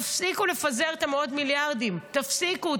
תפסיקו לפזר את המאות-מיליארדים, תפסיקו.